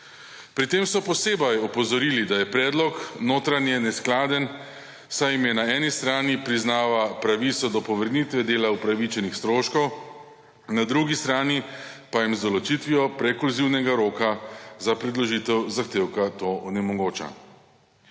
Pri tem so posebej opozorili, da je predlog notranje neskladen, saj jim na eni strani priznava pravico do povrnitve dela upravičenih stroškov, na drugi strani pa jim z določitvijo / nerazumljivo/ roka za predložitev zahtevka to onemogoča.